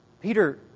Peter